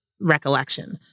Recollection